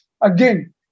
again